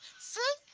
see,